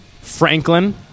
Franklin